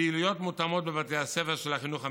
פעילויות מותאמות בבתי הספר של החינוך המיוחד,